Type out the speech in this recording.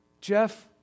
Jeff